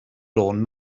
lawn